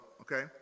Okay